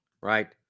Right